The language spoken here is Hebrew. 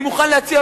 אני מוכן להציע,